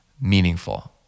meaningful